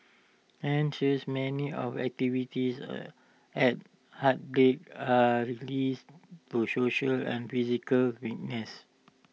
hence many of the activities A at heartbeat are related to social and physical wellness